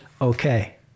okay